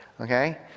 okay